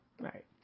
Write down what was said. Right